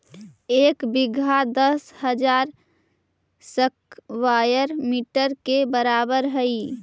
एक बीघा दस हजार स्क्वायर मीटर के बराबर हई